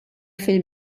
fil